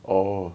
orh